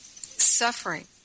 suffering